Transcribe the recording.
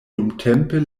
dumtempe